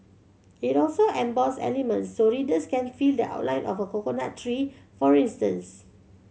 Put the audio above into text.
it also embossed elements so readers can feel the outline of a coconut tree for instance